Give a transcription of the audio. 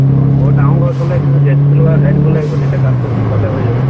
অঁ বৰ ডাঙৰ গছ হ'লে কিন্তু জে চি বি লগাই উঠাই দিব লাগিব তেতিয়া কামটো সোনকালে হৈ যাব